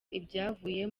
ibyavuye